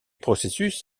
processus